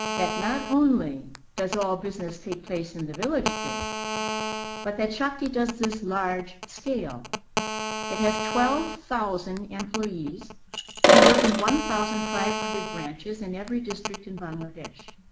that not only does all business take place in the villages but that shakti does this large-scale. it has twelve thousand employees who work in one thousand five hundred branches in every district in bangladesh.